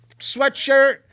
Sweatshirt